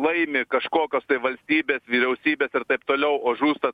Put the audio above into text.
laimi kažkokios tai valstybės vyriausybės ir taip toliau o žūsta